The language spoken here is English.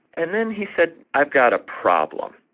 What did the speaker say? and then he said, i've got a problem.